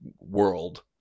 world